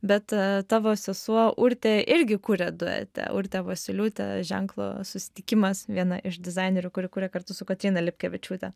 bet tavo sesuo urtė irgi kuria duete urtė vosyliūtė ženklo susitikimas viena iš dizainerių kuri kuria kartu su kotryna lipkevičiūte